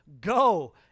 go